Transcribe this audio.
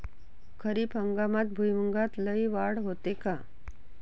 खरीप हंगामात भुईमूगात लई वाढ होते का?